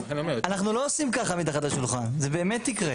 אנחנו לא עושים ככה מתחת לשולחן, זה באמת יקרה.